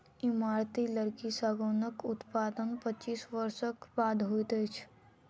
इमारती लकड़ी सागौनक उत्पादन पच्चीस वर्षक बाद होइत अछि